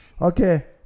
Okay